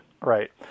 right